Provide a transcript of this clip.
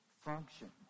function